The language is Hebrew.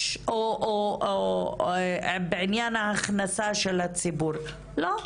יש או אם בעניין ההכנסה של הציבור, לא.